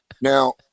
now